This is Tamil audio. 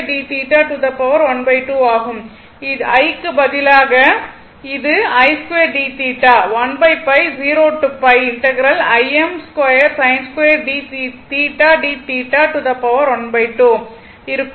i க்கு பதிலாக இது i2dθ இருக்கும்